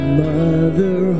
mother